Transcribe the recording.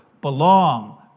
belong